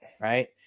Right